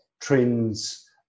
trends